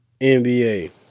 NBA